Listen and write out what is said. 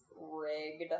rigged